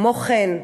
כמו כן,